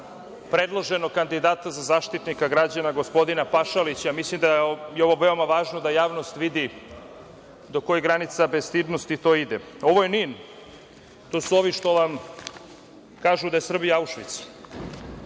predloženog kandidata za Zaštitnika građana gospodina Pašalića. Mislim da je ovo veoma važno da javnost vidi do kojih granica bestidnosti to ide. Ovo je NIN. To su ovi što vam kažu da je Srbija Aušvic.